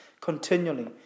continually